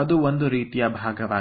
ಅದು ಒಂದು ರೀತಿಯ ಭಾಗವಾಗಿದೆ